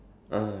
because